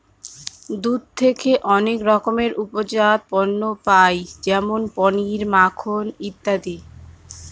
দুধ থেকে অনেক রকমের উপজাত পণ্য পায় যেমন পনির, মাখন ইত্যাদি